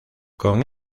con